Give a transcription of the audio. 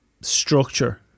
structure